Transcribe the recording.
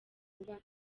vuba